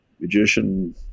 magician